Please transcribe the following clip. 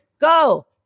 Go